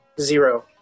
zero